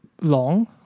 long